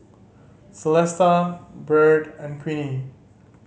Celesta Byrd and Queenie